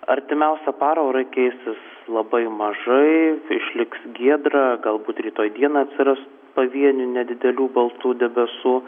artimiausią parą orai keisis labai mažai išliks giedra galbūt rytoj dieną atsiras pavienių nedidelių baltų debesų